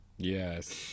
Yes